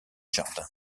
jardins